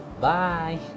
bye